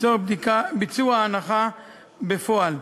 לצורך ביצוע הנחה בפועל.